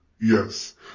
Yes